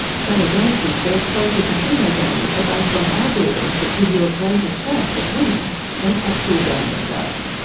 sally gainsbury says social casino games are based on algorithms that give you a greater chance at winning than actual gambling does.